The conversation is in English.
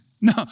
No